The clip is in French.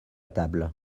table